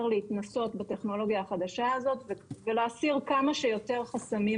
להתנסות בטכנולוגיה החדשה הזאת ולהסיר כמה שיותר חסמים